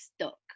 stuck